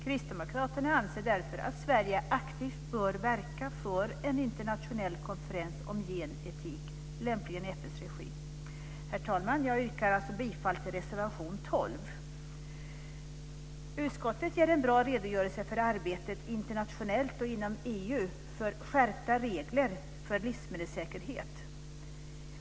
Kristdemokraterna anser därför att Sverige aktivt bör verka för en internationell konferens om gen-etik, lämpligen i FN:s regi. Herr talman! Jag yrkar bifall till reservation 12. Utskottet ger en bra redogörelse för arbetet internationellt och inom EU för skärpta regler för livsmedelssäkerhet.